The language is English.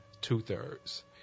two-thirds